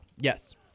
Yes